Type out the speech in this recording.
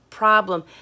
Problem